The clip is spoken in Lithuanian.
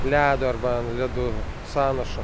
ledo arba ledu sąnašą